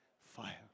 fire